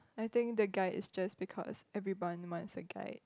I think the guide is just because everyone ones a guide